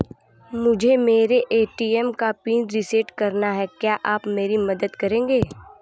मुझे मेरे ए.टी.एम का पिन रीसेट कराना है क्या आप मेरी मदद करेंगे?